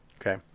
Okay